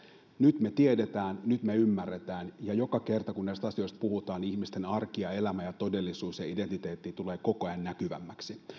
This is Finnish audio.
nyt me tiedämme nyt me ymmärrämme ja joka kerta kun näistä asioista puhutaan ihmisten arki ja elämä ja todellisuus ja identiteetti tulevat koko ajan näkyvämmiksi